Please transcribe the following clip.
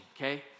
okay